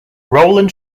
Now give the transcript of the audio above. rowland